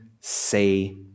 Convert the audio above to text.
say